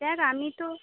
sir আমি তো